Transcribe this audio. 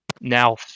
now